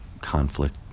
Conflict